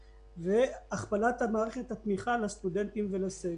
הכפלת מערכת התמיכה לסטודנטים ולסגל.